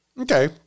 okay